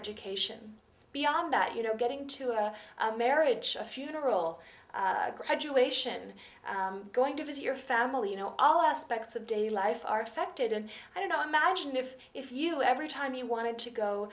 education beyond that you know getting to a marriage a funeral a graduation going to visit your family you know all aspects of daily life are affected and i don't know imagine if if you every time you wanted to go